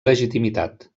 legitimitat